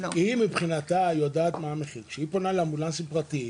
החברה יודעת מה המחיר וכשהיא פונה לאמבולנסים הפרטיים